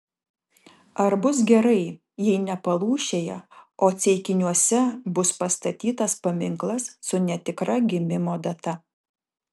ar bus gerai jei ne palūšėje o ceikiniuose bus pastatytas paminklas su netikra gimimo data